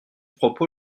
propos